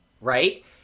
right